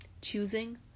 choosing